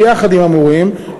ביחד עם המורים,